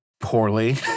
poorly